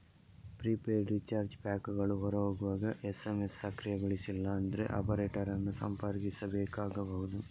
prepaid recharge ಪ್ಯಾಕುಗಳು ಹೊರ ಹೋಗುವ ಎಸ್.ಎಮ್.ಎಸ್ ಸಕ್ರಿಯಗೊಳಿಸಿಲ್ಲ ಅಂದ್ರೆ ಆಪರೇಟರ್ ಅನ್ನು ಸಂಪರ್ಕಿಸಬೇಕಾಗಬಹುದು